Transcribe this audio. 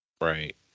Right